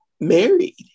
married